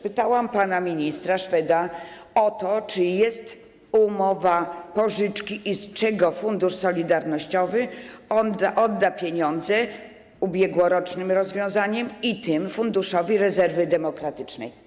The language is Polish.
Pytałam pana ministra Szweda o to, czy jest umowa pożyczki i z czego Fundusz Solidarnościowy odda pieniądze - ubiegłorocznym rozwiązaniem - Funduszowi Rezerwy Demograficznej.